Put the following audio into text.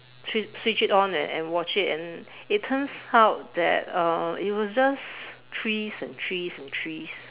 switch switch it on and and watch it and it turns out that uh it was just trees and trees and trees